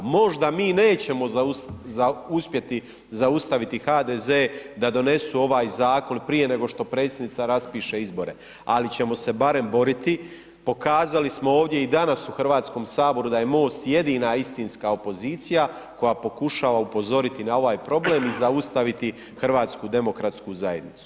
Možda mi nećemo uspjeti zaustaviti HDZ da donesu ovaj zakon prije nego što Predsjednica raspiše izbore ali ćemo se barem boriti, pokazali smo ovdje i danas u Hrvatskom saboru da je MOST jedina istinska opozicija koja pokušava upozoriti na ovaj problem i zaustaviti HDZ.